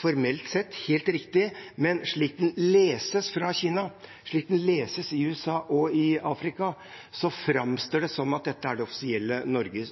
slik den leses i USA og i Afrika, framstår det som om dette er det offisielle Norges